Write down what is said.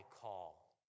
call